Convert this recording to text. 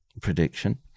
prediction